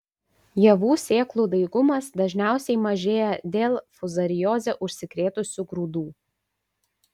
javų sėklų daigumas dažniausiai mažėja dėl fuzarioze užsikrėtusių grūdų